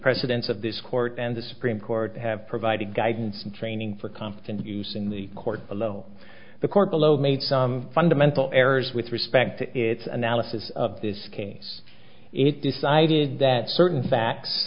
precedents of this court and the supreme court have provided guidance and training for competent use in the court below the court below made some fundamental errors with respect to its analysis of this case it decided that certain facts